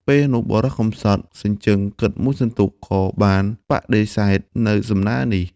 ពេលនោះបុរសកម្សត់ សញ្ជឹងគិតមួយសន្ទុះ ក៏បានបដិសេធន៍នៅសំណើរនេះ។